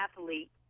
athlete